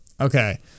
Okay